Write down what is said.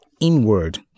inward